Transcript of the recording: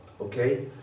okay